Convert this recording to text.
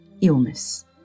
Illness